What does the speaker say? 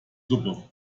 suppe